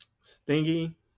Stingy